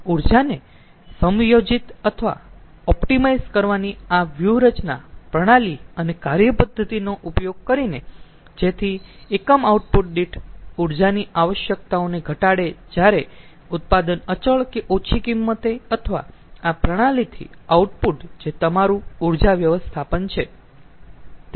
ઊર્જાને સમાયોજિત અને ઓપ્ટિમાઇઝ કરવાની આ વ્યુરચના પ્રણાલી અને કાર્યપધ્ધતિનો ઉપયોગ કરીને જેથી એકમ આઉટપુટ દીઠ ઊર્જાની આવશ્યકતાઓને ઘટાડે જયારે ઉત્પાદન અચળ કે ઓછી કિમતે અથવા આ પ્રણાલીથી આઉટપુટ જે તમારું ઊર્જા વ્યવસ્થાપન છે